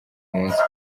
umunsi